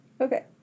Okay